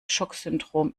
schocksyndrom